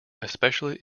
especially